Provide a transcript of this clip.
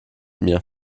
mir